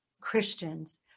Christians